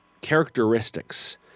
characteristics